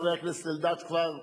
חבר הכנסת אלדד כבר עומד,